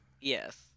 Yes